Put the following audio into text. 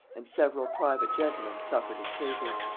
and several private gentlemen, suffered as traitors.